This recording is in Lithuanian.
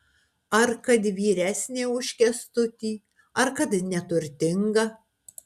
ar kad vyresnė už kęstutį ar kad neturtinga